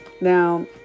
Now